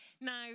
Now